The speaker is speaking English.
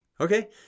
Okay